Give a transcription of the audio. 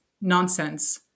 nonsense